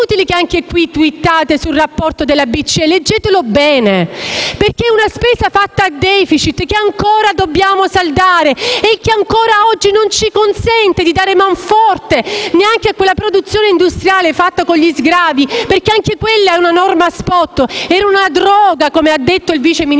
inutile che twittate sul rapporto della BCE: leggetelo bene. È una spesa fatta a *deficit*, che ancora dobbiamo saldare e che ancora oggi non ci consente di dare man forte neanche a quella produzione industriale fatta con gli sgravi, perché anche quella è una norma *spot*, è una droga, come ha detto il vice ministro